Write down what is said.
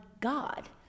God